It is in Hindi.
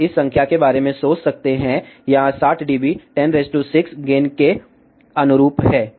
आप इस संख्या के बारे में सोच सकते हैं यहां 60 डीबी 106 गेन के अनुरूप है